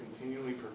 continually